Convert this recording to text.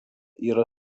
yra